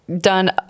done